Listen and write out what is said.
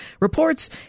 reports